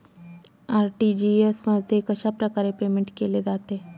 RTGS मध्ये कशाप्रकारे payment केले जाते?